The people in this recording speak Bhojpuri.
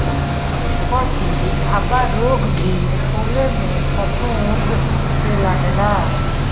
पत्ती धब्बा रोग भी फुले में फफूंद से लागेला